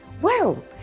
well,